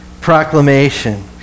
proclamation